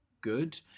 good